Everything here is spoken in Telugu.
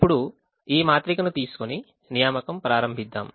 ఇప్పుడు ఈ మాత్రికను తీసుకొని నియామకం ప్రారంభిద్దాం